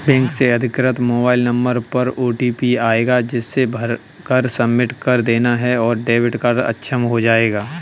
bank से अधिकृत mobile number पर ओटीपी आएगा जिसे भरकर सबमिट कर देना है और डेबिट कार्ड अक्षम हो जाएगा